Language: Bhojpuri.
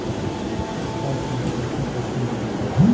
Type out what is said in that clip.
खाता से पैसा कैसे नीकली?